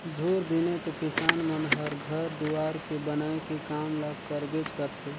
झूर दिने तो किसान मन हर घर दुवार के बनाए के काम ल करबेच करथे